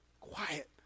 quiet